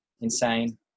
insane